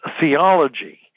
theology